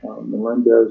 Melendez